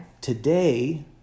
Today